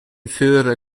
further